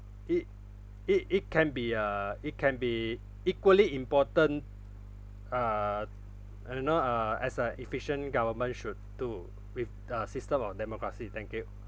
it it it can be uh it can be equally important uh uh you know uh as a efficient government should do with the system of democracy thank you